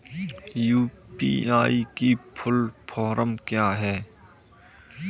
UPI की full form क्या है?